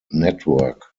network